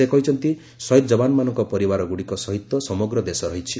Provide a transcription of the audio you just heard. ସେ କହିଛନ୍ତି ସହିଦ ଜବାନମାନଙ୍କ ପରିବାର ଗୁଡ଼ିକ ସହିତ ସମଗ୍ର ଦେଶ ରହିଛି